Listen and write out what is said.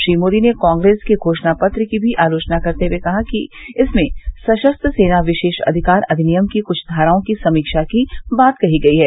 श्री मोदी ने कांग्रेस के घोषणा पत्र की भी आलोचना करते हुए कहा कि इसमें सशस्त्र सेना विशेष अधिकार अधिनियम की कृष्ठ धाराओं की समीक्षा की बात कही गई है